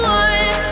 one